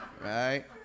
right